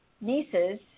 nieces